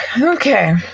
Okay